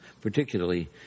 particularly